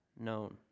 known